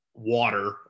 water